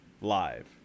live